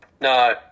No